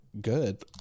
good